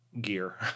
gear